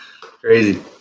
Crazy